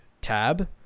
tab